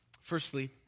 firstly